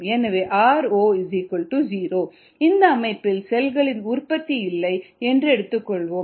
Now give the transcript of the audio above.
𝑟𝑜 0 இந்த அமைப்பில் செல்களின் உற்பத்தி இல்லை என்று எடுத்துக்கொள்வோம்